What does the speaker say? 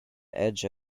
edge